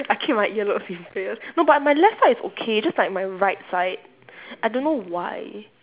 I keep my earlobes in prayers no but my left side is okay just like my right side I don't know why